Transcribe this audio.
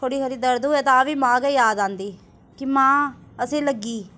थोह्ड़ी हारी दर्द होऐ तां बी मां गै याद आंदी कि मां असेंई लग्गी